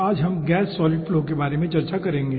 आज हम gas solid flow के बारे में चर्चा करेंगे